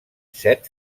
set